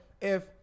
if-